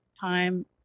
time